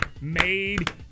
made